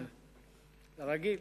כרגיל.